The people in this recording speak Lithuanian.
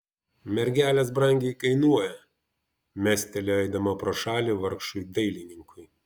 mergelės brangiai kainuoja mestelėjo eidama pro šalį vargšui dailininkui